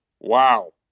Wow